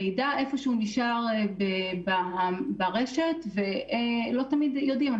המידע איפה שהוא נשאר ברשת ולא תמיד יודעים,